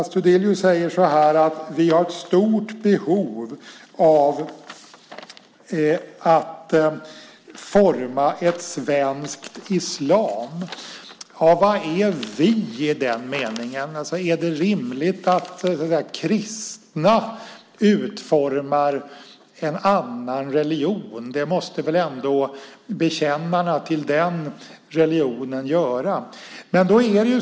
Astudillo säger att vi har ett stort behov av att forma en svensk islam. Vad är "vi"? Är det rimligt att kristna utformar en annan religion? Det måste väl ändå bekännarna till den religionen göra.